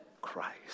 Christ